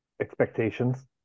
Expectations